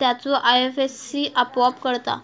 त्याचो आय.एफ.एस.सी आपोआप कळता